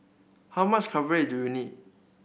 how much coverage do you need